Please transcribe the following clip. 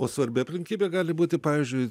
o svarbi aplinkybė gali būti pavyzdžiui